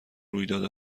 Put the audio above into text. رویداد